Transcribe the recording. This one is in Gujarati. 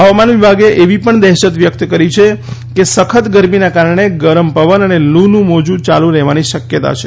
હવામાન વિભાગે એવી પણ દહેશત વ્યક્ત કરી છે કે સખત ગરમીના કારણે ગરમ પવન અને લૂ નું મોજું યાલુ રહેવાની શક્યતા છે